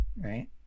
right